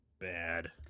bad